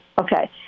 Okay